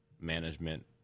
management